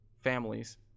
families